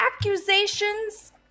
accusations